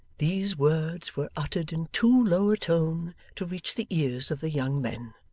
these words were uttered in too low a tone to reach the ears of the young men.